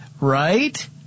right